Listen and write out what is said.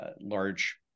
large